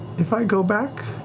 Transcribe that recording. if i go back,